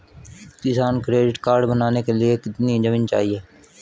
किसान credit card बनाने के लिए कितनी जमीन चाहिए?